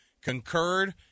concurred